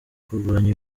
kurwanya